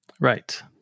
Right